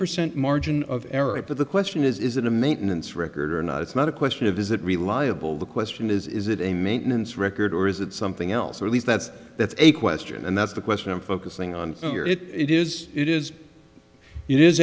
percent margin of error but the question is is it a maintenance record or not it's not a question of is it reliable the question is is it a maintenance record or is it something else or at least that's that's a question and that's the question i'm focusing on it is is it it i